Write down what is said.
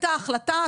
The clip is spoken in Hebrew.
הייתה החלטה,